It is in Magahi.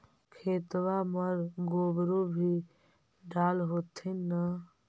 खेतबा मर गोबरो भी डाल होथिन न?